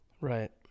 Right